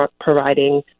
providing